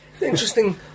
Interesting